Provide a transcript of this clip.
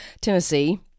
Tennessee